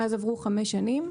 מאז עברו חמש שנים.